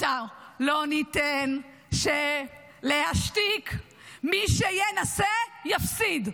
אותו לא ניתן להשתיק / מי שינסה, יפסיד.